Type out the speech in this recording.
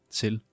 til